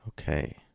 Okay